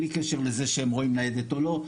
בלי קשר לזה שהם רואים ניידת או לא.